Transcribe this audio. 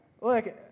look